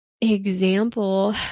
example